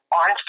on